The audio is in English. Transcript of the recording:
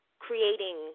creating